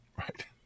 right